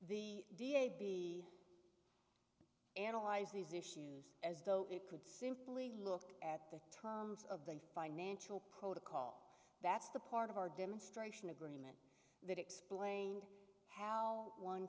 the da be analyze these issues as though it could simply look at the terms of the financial protocol that's the part of our demonstration agreeing that explained how one